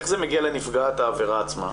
איך זה מגיע לנפגעת העבירה עצמה?